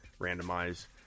randomize